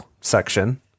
section